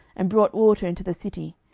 and brought water into the city,